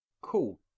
Cool